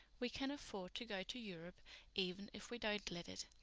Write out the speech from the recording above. we can afford to go to europe even if we don't let it.